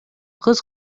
кыз